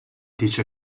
dice